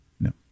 No